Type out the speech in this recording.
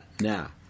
Now